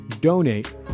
donate